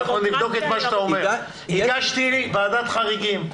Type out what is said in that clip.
אנחנו נבדוק את מה שאתה אומר: הגשתי ועדת חריגים.